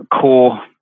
core